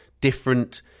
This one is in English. different